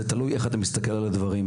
הכול תלוי באופן שבו אתה מסתכל על הדברים.